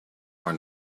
are